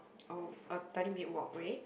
oh a thirty minute walk way